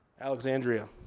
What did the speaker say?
Alexandria